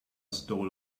stole